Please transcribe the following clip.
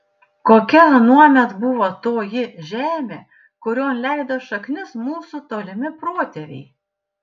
kokia anuomet buvo toji žemė kurion leido šaknis mūsų tolimi protėviai